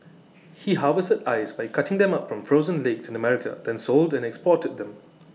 he harvested ice by cutting them up from frozen lakes in America then sold and exported them